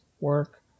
work